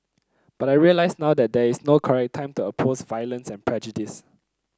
but I realise now that there is no correct time to oppose violence and prejudice